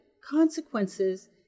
consequences